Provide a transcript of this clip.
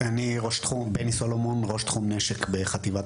אני בני סולומון, ראש תחום נשק בחטיבת